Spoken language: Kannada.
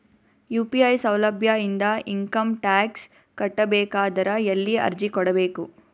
ಯು.ಪಿ.ಐ ಸೌಲಭ್ಯ ಇಂದ ಇಂಕಮ್ ಟಾಕ್ಸ್ ಕಟ್ಟಬೇಕಾದರ ಎಲ್ಲಿ ಅರ್ಜಿ ಕೊಡಬೇಕು?